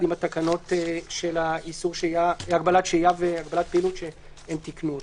עם התקנות של הגבלת השהייה והגבלת פעילות כשהם תיקנו אותן.